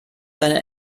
deine